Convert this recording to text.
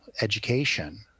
education